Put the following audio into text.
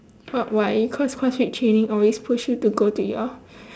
what why cause crossfit training always push you to go to your